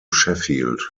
sheffield